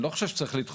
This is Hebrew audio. לא צריך לדחות,